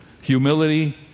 Humility